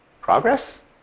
progress